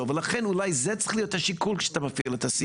ולכן אולי זה צריך להיות השיקול כשאתה מפעיל את הסעיף.